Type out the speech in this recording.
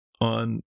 on